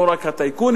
לא רק הטייקונים,